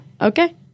okay